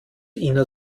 ina